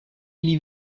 ili